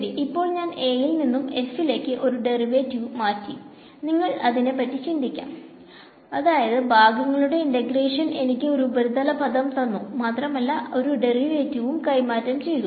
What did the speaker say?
ശെരി ഇപ്പോൾ ഞാൻ A യിൽ നിന്നും f ഇലേക്ക് ഒരു ഡെരിവറ്റിവ് മാറ്റി നിങ്ങൾക്ക് അതിനെ പറ്റി ചിന്തിക്കാം അതായത് ഭാഗങ്ങളുടെ ഇന്റഗ്രേഷൻ എനിക്ക് ഒരു ഉപരിതല പദം തന്നു മാത്രമല്ല ഒരു ഡെറിവേറ്റിവും കൈമാറ്റം ചെയ്തു